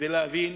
ולהבין